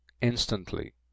Instantly